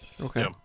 Okay